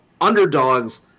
underdogs